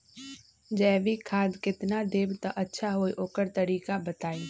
जैविक खाद केतना देब त अच्छा होइ ओकर तरीका बताई?